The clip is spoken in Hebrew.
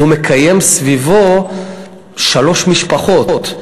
אז הוא מקיים סביבו שלוש משפחות.